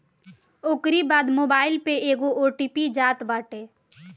ओकरी बाद मोबाईल पे एगो ओ.टी.पी जात बाटे